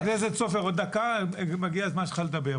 חבר הכנסת סופר, עוד דקה מגיע הזמן שלך לדבר.